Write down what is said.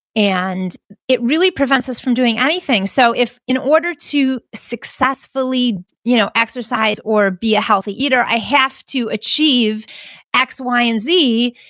and it really prevents us from doing anything. so if, in order to successfully you know exercise or be a healthy eater, i have to achieve x, y, and z,